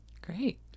Great